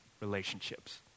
relationships